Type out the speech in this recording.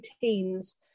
teens